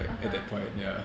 (uh huh)